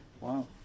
Wow